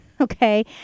Okay